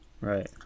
Right